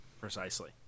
Precisely